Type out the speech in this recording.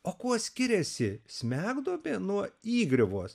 o kuo skiriasi smegduobė nuo įgriuvos